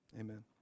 amen